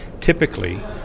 typically